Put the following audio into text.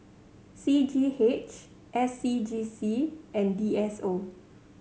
C G H S C G C and D S O